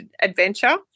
adventure